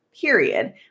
period